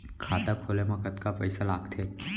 खाता खोले मा कतका पइसा लागथे?